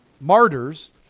martyrs